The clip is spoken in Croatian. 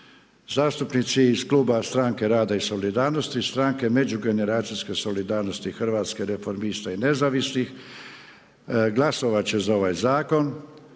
zastupnici iz Kluba Stranke rada i solidarnosti, Stranke međugeneracijske solidarnosti Hrvatske, Reformista i nezavisnih zastupnika glasovat će za ovaj Zakon